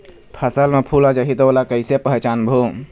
फसल म फूल आ जाही त ओला कइसे पहचानबो?